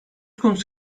konusu